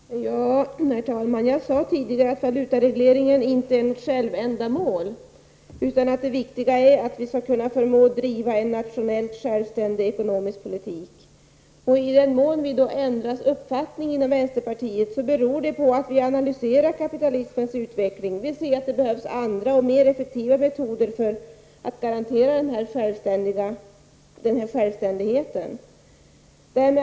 Herr talman! Jag sade tidigare att valutareglering inte är ett självändamål. Det viktiga är att vi skall förmå att driva en nationellt självständig ekonomisk politik. I den mån vi har ändrat uppfattning inom vänsterpartiet beror det på att vi har analyserat kapitalismens utveckling. Vi ser att det behövs andra och mer effektiva metoder för att garantera självständigheten.